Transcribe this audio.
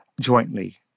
jointly